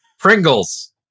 Pringles